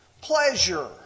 pleasure